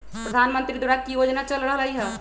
प्रधानमंत्री द्वारा की की योजना चल रहलई ह?